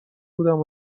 بودم